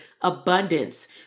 abundance